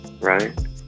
Right